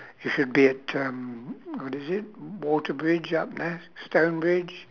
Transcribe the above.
you should be at um what is it water bridge up yes stone bridge